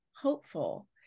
hopeful